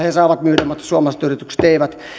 saavat myydä mutta suomalaiset yritykset eivät